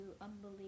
unbelievable